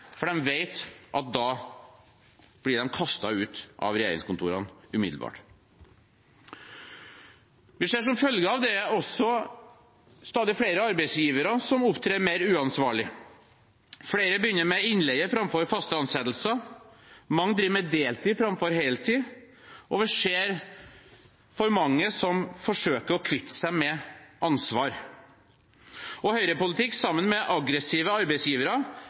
for de vet at da blir de kastet ut av regjeringskontorene umiddelbart. Vi ser som følge av det stadig flere arbeidsgivere som opptrer mer uansvarlig. Flere begynner med innleie framfor faste ansettelser. Mange driver med deltid framfor heltid, og vi ser for mange som forsøker å kvitte seg med ansvar. Høyrepolitikk sammen med aggressive arbeidsgivere